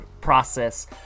process